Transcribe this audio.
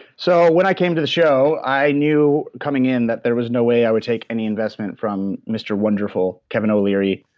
so when i came to the show, i knew coming in that there was no way i would take any investment from mr. wonderful, kevin o'leary,